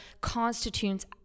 constitutes